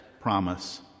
promise